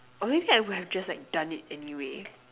or maybe I would have just like done it anyway